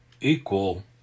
equal